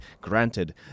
granted